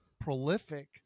prolific—